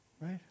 right